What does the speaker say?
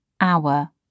hour